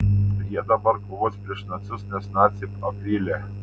jie dabar kovos prieš nacius nes naciai apvylė